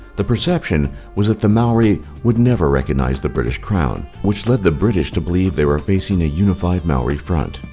the perception was that the maori would never recognize the british crown, which led the british to believe they were facing a unified maori front.